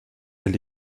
elle